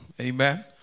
Amen